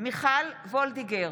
מיכל וולדיגר,